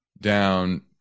down